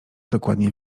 dokładnie